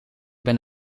ben